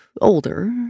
older